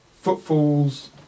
footfalls